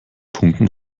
punkten